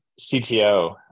CTO